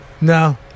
No